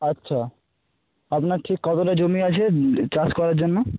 আচ্ছা আপনার ঠিক কতটা জমি আছে চাষ করার জন্য